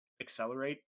accelerate